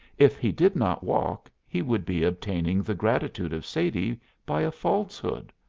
if he did not walk he would be obtaining the gratitude of sadie by a falsehood.